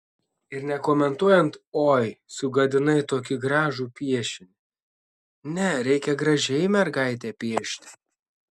ir nekomentuojant oi sugadinai tokį gražų piešinį ne reikia gražiai mergaitę piešti